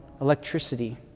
electricity